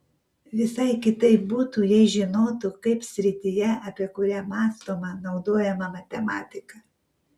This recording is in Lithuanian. visai kitaip būtų jei žinotų kaip srityje apie kurią mąstoma naudojama matematika